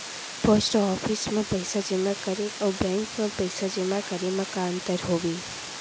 post office मा पइसा जेमा करे अऊ बैंक मा पइसा जेमा करे मा का अंतर हावे